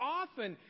often